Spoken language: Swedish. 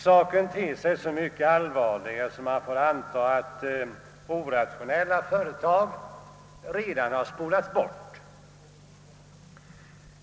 Detta ter sig så mycket allvarligare som man får anta att icke rationella företag redan har spolats bort.